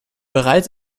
bereits